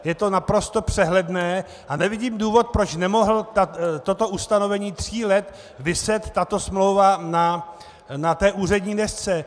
Je to naprosto přehledné a nevidím důvod, proč nemohlo toto ustanovení tří let viset, tato smlouva, na úřední desce.